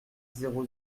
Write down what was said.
zéro